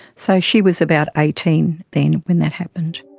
so she was about eighteen then, when that happened.